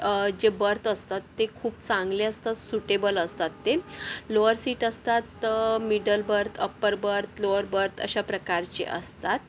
जे बर्थ असतात ते खूप चांगले असतात सुटेबल असतात ते लोअर सीट असतात middle berth upper berth lower berth अशाप्रकारचे असतात